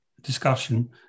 discussion